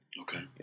Okay